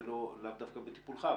לאו דווקא בטיפולך,